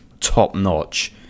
top-notch